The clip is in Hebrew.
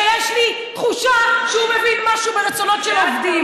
שיש לי תחושה שהוא מבין משהו ברצונות של עובדים.